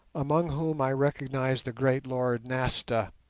among whom i recognized the great lord nasta,